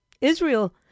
Israel